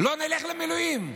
לא נלך למילואים.